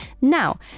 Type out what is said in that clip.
Now